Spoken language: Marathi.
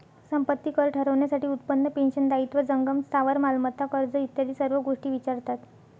संपत्ती कर ठरवण्यासाठी उत्पन्न, पेन्शन, दायित्व, जंगम स्थावर मालमत्ता, कर्ज इत्यादी सर्व गोष्टी विचारतात